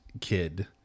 kid